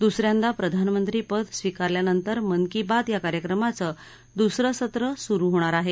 दुसऱ्यांदा प्रधानमंत्री पद स्वीकारल्यानंतर मन की बात या कार्यक्रमाचं दुसरं सत्र सुरु होणार आहे